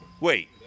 Wait